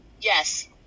Yes